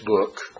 book